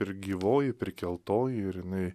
ir gyvoji prikeltoji ir jinai